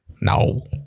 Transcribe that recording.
No